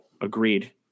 agreed